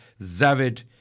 Zavid